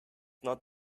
not